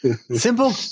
Simple